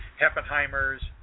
Heppenheimer's